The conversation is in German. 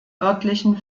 örtlichen